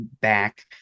back